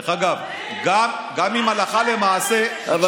דרך אגב, גם אם הלכה למעשה, אבל